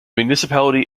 municipality